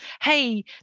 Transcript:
hey